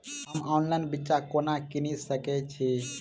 हम ऑनलाइन बिच्चा कोना किनि सके छी?